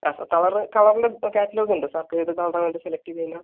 ആ sir colour കളറില് catalogue ഉണ്ട് സാർക്ക് ഏത് കളറാ വേണ്ടത് സെലക്ട് ചെയ്ത് കയിഞ്ഞാൽ